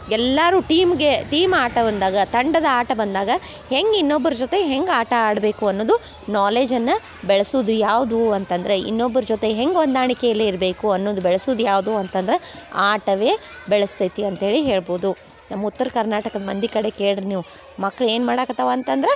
ಎಲ್ಲರೂ ಟೀಮ್ಗೆ ಟೀಮ್ ಆಟ ಬಂದಾಗ ತಂಡದ ಆಟ ಬಂದಾಗ ಹೆಂಗೆ ಇನ್ನೊಬ್ಬರ ಜೊತೆ ಹೆಂಗೆ ಆಟ ಆಡಬೇಕು ಅನ್ನುವುದು ನಾಲೆಜನ್ನು ಬೆಳ್ಸೋದು ಯಾವ್ದು ಅಂತಂದರೆ ಇನ್ನೊಬ್ಬರ ಜೊತೆ ಹೆಂಗೆ ಹೊಂದಾಣಿಕೆಯಲ್ಲಿ ಇರಬೇಕು ಅನ್ನೋದ್ ಬೆಳ್ಸೋದ್ ಯಾವುದು ಅಂತಂದ್ರೆ ಆಟವೇ ಬೆಳೆಸ್ತೈತಿ ಅಂತ ಹೇಳಿ ಹೇಳ್ಬೋದು ನಮ್ಮ ಉತ್ತರ ಕರ್ನಾಟಕದ ಮಂದಿ ಕಡೆ ಕೇಳಿರಿ ನೀವು ಮಕ್ಳು ಏನು ಮಾಡಕ್ಕತ್ತಿವೆ ಅಂತಂದ್ರೆ